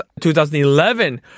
2011